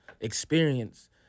experience